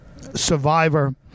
survivor